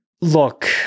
Look